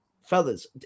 fellas